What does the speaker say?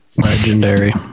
legendary